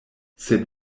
sed